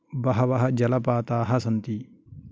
बहवः जलपाताः सन्ति